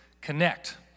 connect